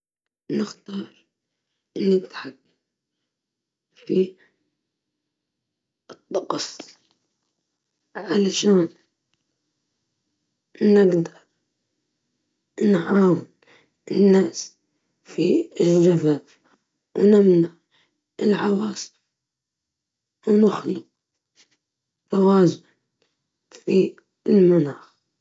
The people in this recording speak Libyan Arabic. نفضل موسيقار، لأنه الموسيقى لغة العواطف والروح، تقدر توصل للناس بطرق ما تقدرش تصلها بالرسم.